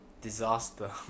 disaster